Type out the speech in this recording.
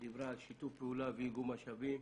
דיברה על שיתוף פעולה ואיגום משאבים.